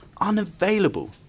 unavailable